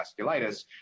vasculitis